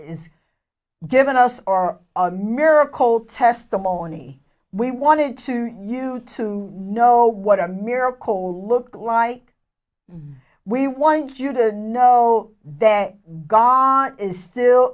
is giving us our miracle testimony we wanted to you to know what a miracle looked like we want you to know that gone is still